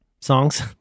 songs